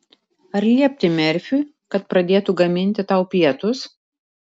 ar liepti merfiui kad pradėtų gaminti tau pietus